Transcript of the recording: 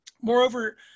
Moreover